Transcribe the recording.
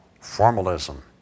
formalism